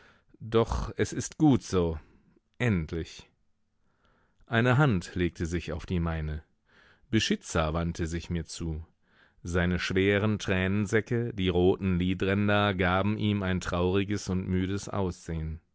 doch es ist gut so endlich eine hand legte sich auf die meine beschitzer wandte sich mir zu seine schweren tränensäcke die roten lidränder gaben ihm ein trauriges und müdes aussehen